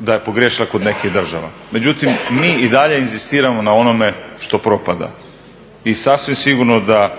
da je pogriješila kod nekih država. Međutim, mi i dalje inzistiramo na onome što propada. I sasvim sigurno da